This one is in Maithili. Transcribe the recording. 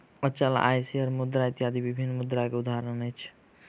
अचल आय, शेयर मुद्रा इत्यादि विभिन्न मुद्रा के उदाहरण अछि